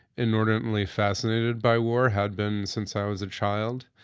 inordinately fascinated by war, had been since i was a child.